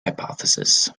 hypothesis